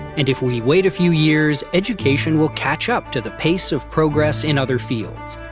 and if we wait a few years, education will catch up to the pace of progress in other fields.